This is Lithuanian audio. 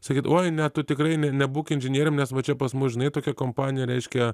sakyt oi ne tu tikrai ne nebūk inžinierium nes va čia pas mus žinai tokia kompanija reiškia